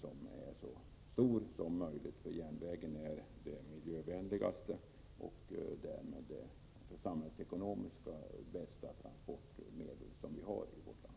som är så stor som möjligt. Järnvägen är nämligen det miljövänligaste och därmed det samhällsekonomiskt bästa transportmedlet i vårt land.